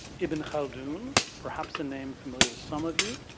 ibn khaldun, perhaps a name familiar to some of you,